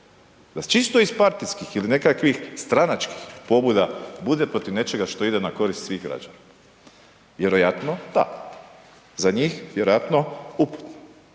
da čisto iz partijskih ili nekakvih stranačkih pobuda bude protiv nečega što ide na korist svih građana. Vjerojatno da? Za njih vjerojatno uputno.